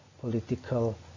political